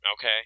Okay